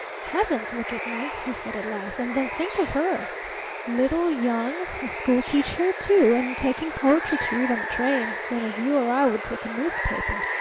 heavens! look at me! he said at last. and then think of her little, young, a school-teacher, too, and taking poetry to read on the train same as you or i would take a newspaper!